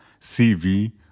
CV